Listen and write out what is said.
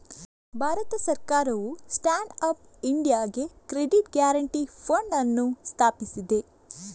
ಭಾರತ ಸರ್ಕಾರವು stand up ಇಂಡಿಯಾಗೆ credit guarantee fund ಅನ್ನು ಸ್ಥಾಪಿಸಿದೆ